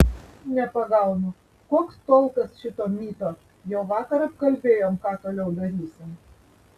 nepagaunu koks tolkas šito myto jau vakar apkalbėjom ką toliau darysim